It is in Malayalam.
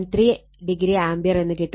3° ആംപിയർ എന്ന് കിട്ടും